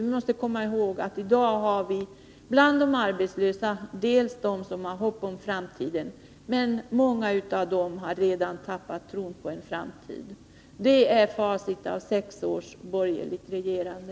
Vi måste komma ihåg att det bland de arbetslösa i dag finns dels sådana som har hopp om framtiden, dels många som redan har tappat tron på en framtid. Det är facit av sex års borgerligt regerande.